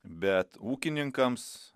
bet ūkininkams